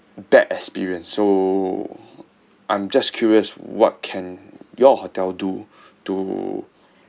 bad experience so I'm just curious what can your hotel do to